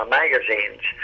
magazines